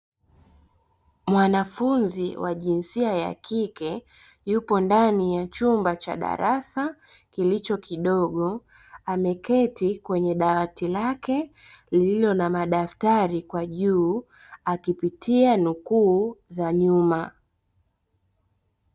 Mwanafunzi wa jinsia ya kike yupo ndani ya chumba cha darasa kilicho kidogo ameketi kwenye dawati lake lililo na madaftari kwa juu akipitia nukuu za nyuma.